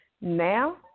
now